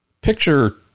picture